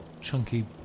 chunky